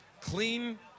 clean